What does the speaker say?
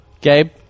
Gabe